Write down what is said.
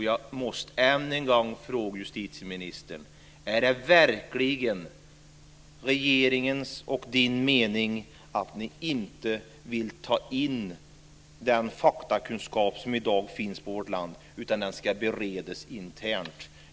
Jag måste än en gång fråga justitieministern: Är det verkligen regeringens och justitieministerns mening att ni inte vill ta in den faktakunskap som i dag finns i vårt land, utan att frågan ska beredas internt?